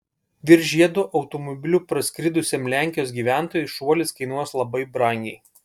virš žiedo automobiliu praskridusiam lenkijos gyventojui šuolis kainuos labai brangiai